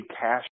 cash